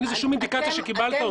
אין שום אינדיקציה שקיבלת אותו.